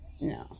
no